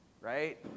Right